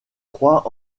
croit